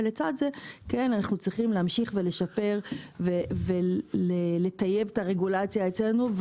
ולצד זה אנחנו צריכים להמשיך ולשפר ולטייב את הרגולציה אצלנו.